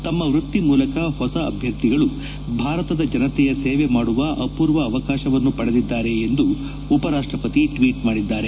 ತಮ್ಮ ವ್ಯಕ್ತಿ ಮೂಲಕ ಪೊಸ ಅಭ್ಯರ್ಥಿಗಳು ಭಾರತದ ಜನತೆಯ ಸೇವೆ ಮಾಡುವ ಅಪೂರ್ವ ಅವಕಾಶವನ್ನು ಪಡೆದಿದ್ದಾರೆ ಎಂದು ಉಪರಾಷ್ಟಪತಿ ಟ್ವೀಟ್ ಮಾಡಿದ್ದಾರೆ